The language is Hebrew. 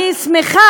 אני שמחה,